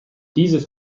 dieses